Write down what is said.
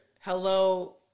hello